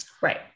right